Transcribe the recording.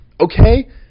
okay